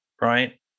right